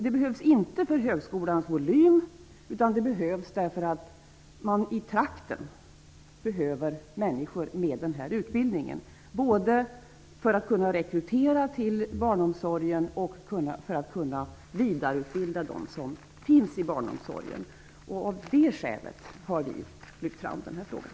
Det behövs inte för högskolans volym utan därför att man i trakten behöver människor med en sådan här utbildning både för att kunna rekrytera folk till barnomsorgen och för att kunna vidareutbilda dem som redan finns inom barnomsorgen. Av det skälet har vi lyft fram den här frågan.